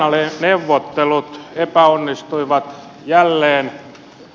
kreikan lainaneuvottelut epäonnistuivat jälleen